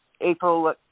April